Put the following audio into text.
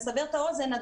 לסבר את האוזן,